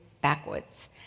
backwards